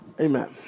Amen